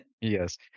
Yes